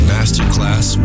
Masterclass